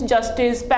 Justice